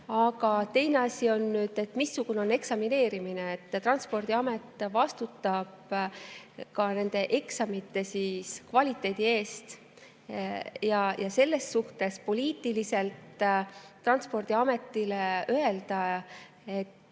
aga teine asi on see, missugune on eksamineerimine. Transpordiamet vastutab ka nende eksamite kvaliteedi eest. Ja selles suhtes poliitiliselt Transpordiametile öelda,